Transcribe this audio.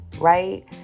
right